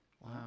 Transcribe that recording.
wow